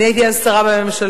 אני הייתי אז שרה בממשלה,